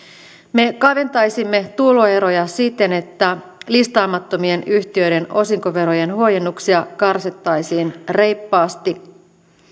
me kaventaisimme tuloeroja siten että listaamattomien yhtiöiden osinkoverojen huojennuksia karsittaisiin reippaasti